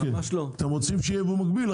אתם רוצים שיהיה ייבוא מקביל,